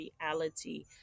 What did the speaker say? reality